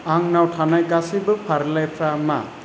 आंनाव थानाय गासैबो फारिलाइलायफ्रा मा